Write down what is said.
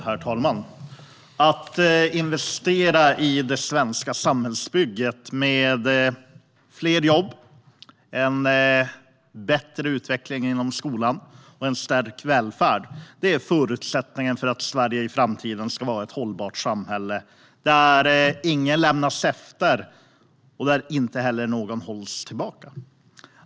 Herr talman! Att investera i det svenska samhällsbygget med fler jobb, en bättre utveckling inom skolan och en stärkt välfärd är förutsättningen för att Sverige i framtiden ska vara ett hållbart samhälle, där ingen lämnas efter och där ingen heller hålls tillbaka.